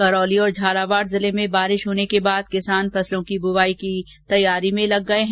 करोली और झालावाड़ जिले में बारिश होने के बाद किसान फसलों की बुआई की तैयारी में लग गए है